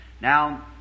Now